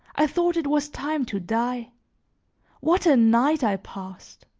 i thought it was time to die what a night i passed!